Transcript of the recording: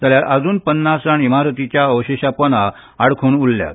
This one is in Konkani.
जाल्यार अजून पन्नास जाण इमारतीच्या अवशेशापोंदा आडखून उरल्यात